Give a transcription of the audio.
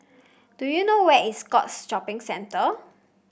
do you know where is Scotts Shopping Centre